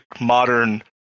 modern